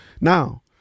Now